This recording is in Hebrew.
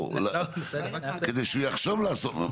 כדי שהוא יחשוב לעשות.